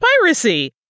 piracy